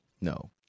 No